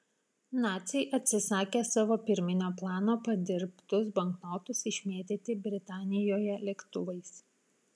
naciai atsisakė savo pirminio plano padirbtus banknotus išmėtyti britanijoje lėktuvais